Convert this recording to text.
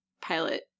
pilot